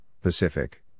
Pacific